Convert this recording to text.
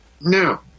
Now